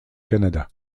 canada